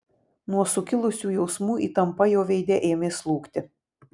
nuo sukilusių jausmų įtampa jo veide ėmė slūgti